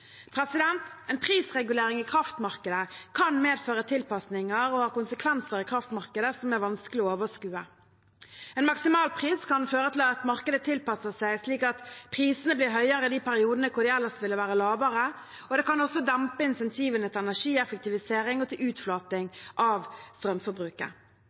En prisregulering i kraftmarkedet kan medføre tilpasninger og ha konsekvenser i kraftmarkedet som er vanskelige å overskue. En maksimalpris kan føre til at markedet tilpasser seg slik at prisene blir høyere i de periodene hvor de ellers ville være lavere. Det kan også dempe insentivene til energieffektivisering og til utflating